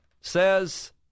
says